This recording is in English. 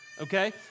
okay